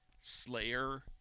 slayer